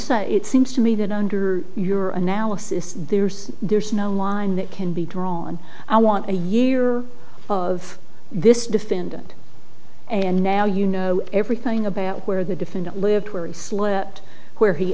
saying it seems to me that under your analysis there's there's no line that can be drawn i want a year of this defendant and now you know everything about where the defendant lived where he slept where he